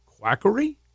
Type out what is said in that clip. quackery